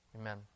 amen